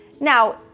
Now